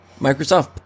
Microsoft